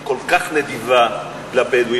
דיברת והקשבנו לך רוב קשב, עכשיו תקשיבי את בבקשה.